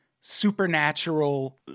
supernatural